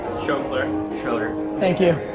schoeffler. scherotter. thank you.